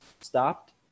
stopped